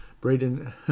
Braden